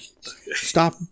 Stop